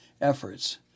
efforts